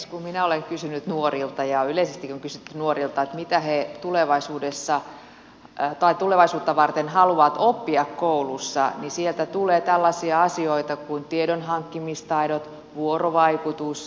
kun minä olen kysynyt nuorilta ja yleisestikin on kysytty nuorilta mitä he tulevaisuutta varten haluavat oppia koulussa niin sieltä tulee tällaisia asioita kuin tiedonhankkimistaidot vuorovaikutus ja kielet